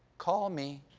call me.